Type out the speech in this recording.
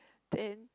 then